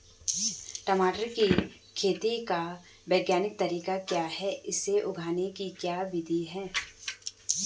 टमाटर की खेती का वैज्ञानिक तरीका क्या है इसे उगाने की क्या विधियाँ हैं?